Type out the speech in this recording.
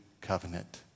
covenant